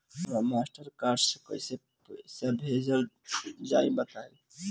हमरा Mastercard से कइसे पईसा भेजल जाई बताई?